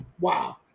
wow